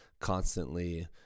constantly